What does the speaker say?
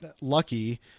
Lucky